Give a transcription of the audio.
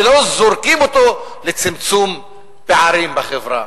לא זורקים אותו לצמצום פערים בחברה,